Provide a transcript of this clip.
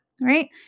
right